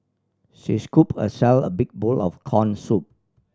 she scooped herself a big bowl of corn soup